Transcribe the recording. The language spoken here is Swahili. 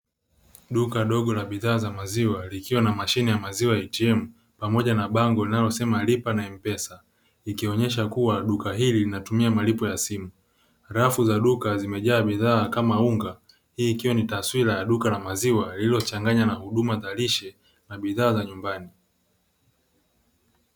Duka dogo la bidhaa za maziwa likiwa na mashine ya maziwa ATM pamoja na bango linalosema lipa na Mpesa, ikionesha kuwa duka hili linatumia malipo ya simu. Rafu za duka zimejaa bidhaa kama unga, hii ikiwa ni taswira ya duka la maziwa lililochanganya na huduma za lishe na bidhaa za nyumbani.